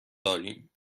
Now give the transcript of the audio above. داریم